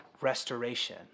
restoration